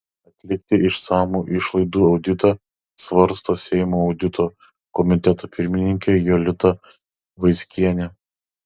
atlikti išsamų išlaidų auditą svarsto seimo audito komiteto pirmininkė jolita vaickienė